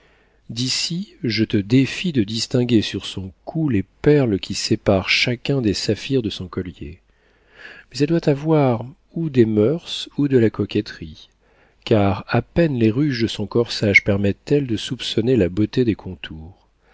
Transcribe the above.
d'ici je te défie de distinguer sur son cou les perles qui séparent chacun des saphirs de son collier mais elle doit avoir ou des moeurs ou de la coquetterie car à peine les ruches de son corsage permettent elles de soupçonner la beauté des contours